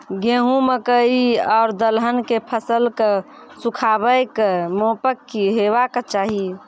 गेहूँ, मकई आर दलहन के फसलक सुखाबैक मापक की हेवाक चाही?